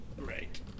Right